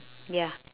ya